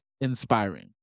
inspiring